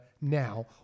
now